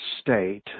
state